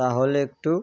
তাহলে একটু